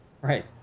Right